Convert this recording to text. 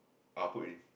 ah put already